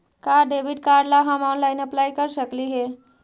का debit card ला हम ऑनलाइन अप्लाई कर सकली हे?